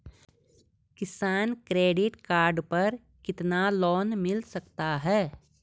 किसान credit card पर कितना लोंन मिल सकता है?